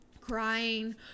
crying